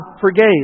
forgave